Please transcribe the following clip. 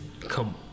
come